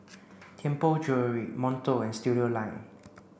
Tianpo Jewellery Monto and Studioline